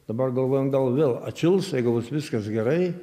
dabar galvojam gal vėl atšils jeigu bus viskas gerai